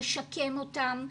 לשקם אותם,